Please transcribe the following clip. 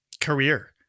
career